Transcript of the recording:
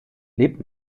lebt